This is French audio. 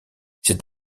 c’est